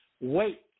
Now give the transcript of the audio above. wait